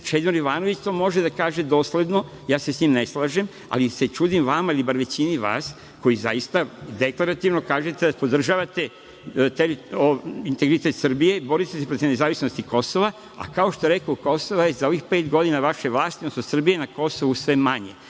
Čedomir Jovanović to može da kaže dosledno, ja se sa njim ne slažem, ali se čudim vama ili bar većini vas koji zaista deklarativno kažete da podržavate integritet Srbije i borite se protiv nezavisnosti Kosova, a kao što rekoh, Kosovo je za ovih pet godina vaše vlasti, odnosno Srbije na Kosovu je sve